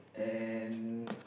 and